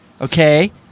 Okay